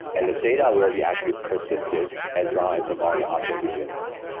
and the data will be actually persisted as long as the volume object exists.